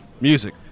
Music